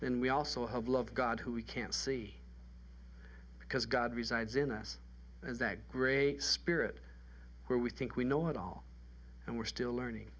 then we also have love god who we can't see because god resides in us and that great spirit where we think we know it all and we're still learning